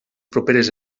properes